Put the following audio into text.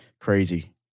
crazy